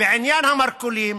ובעניין המרכולים,